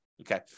Okay